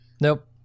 Nope